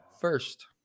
first